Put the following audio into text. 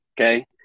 okay